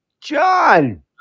John